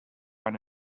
eine